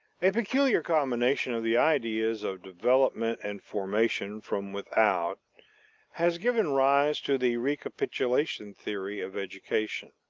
a peculiar combination of the ideas of development and formation from without has given rise to the recapitulation theory of education,